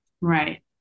Right